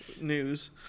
News